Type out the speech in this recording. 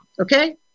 okay